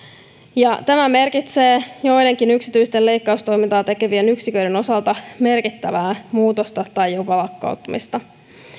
tämä merkitsee joidenkin yksityisten leikkaustoimintaa tekevien yksiköiden osalta merkittävää muutosta tai jopa lakkauttamista